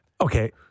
Okay